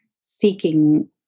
seeking